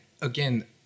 again